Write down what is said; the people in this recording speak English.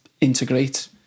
integrate